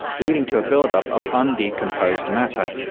leading to a build-up of um non-decomposed matter.